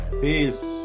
Peace